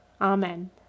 Amen